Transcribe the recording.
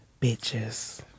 bitches